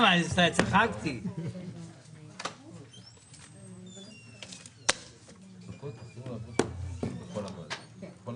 בשעה 11:30.